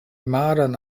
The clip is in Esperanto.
maron